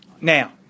now